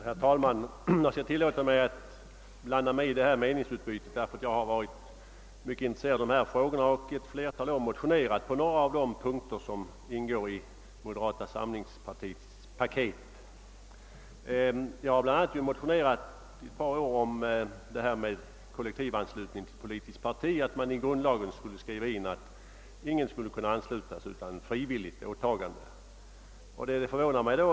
Herr talman! Jag tillåter mig att blanda mig i detta meningsutbyte därför att jag är mycket intresserad av de här frågorna och ett flertal år har motionerat om några av de saker som ingår i moderata samlingspartiets paket. Det gäller bl.a. kollektivanslutning till politiskt parti. Jag har motionerat i ett par är om att det i grundlagen skulle inskrivas, att ingen skulle kunna anslutas till ett politiskt parti utan frivilligt åtagande.